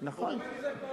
כן, נכון.